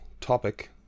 topic